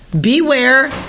beware